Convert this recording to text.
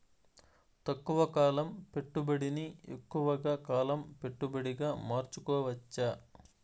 తక్కువ కాలం పెట్టుబడిని ఎక్కువగా కాలం పెట్టుబడిగా మార్చుకోవచ్చా?